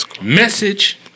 message